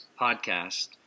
podcast